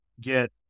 get